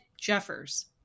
jeffers